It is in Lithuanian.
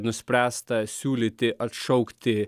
nuspręsta siūlyti atšaukti